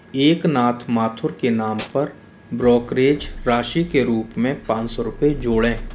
एकनाथ माथुर के नाम पर ब्रोकरेज राशि के रूप में रूप में पाँच सौ रुपये जोड़ें